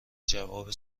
جواب